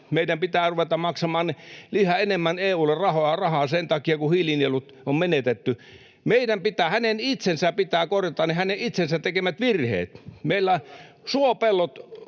meidän pitää ruveta maksamaan yhä enemmän EU:lle rahaa sen takia, että hiilinielut on menetetty. Hänen itsensä pitää korjata ne hänen itsensä tekemät virheet. [Petri